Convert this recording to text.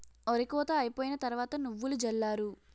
ఒరి కోత అయిపోయిన తరవాత నువ్వులు జల్లారు